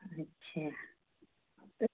अच्छा तो